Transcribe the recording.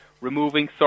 Removing